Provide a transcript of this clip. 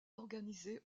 organisé